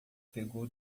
pegou